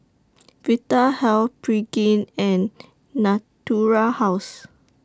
Vitahealth Pregain and Natura House